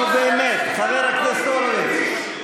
נו, באמת, חבר הכנסת הורוביץ.